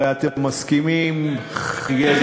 אחרי שיש עתיד